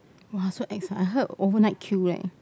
!wah! so ex I heard overnight queue leh